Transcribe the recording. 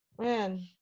Man